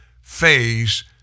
phase